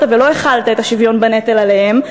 ולא החלת את השוויון בנטל עליהם,